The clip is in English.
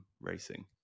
racing